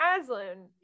Aslan